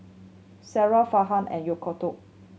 Sarah Farhan and Yaakob